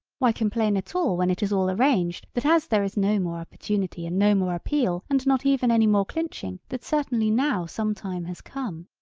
why complain at all when it is all arranged that as there is no more opportunity and no more appeal and not even any more clinching that certainly now some time has come.